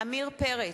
עמיר פרץ,